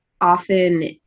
Often